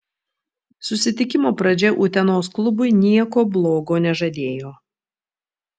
susitikimo pradžia utenos klubui nieko blogo nežadėjo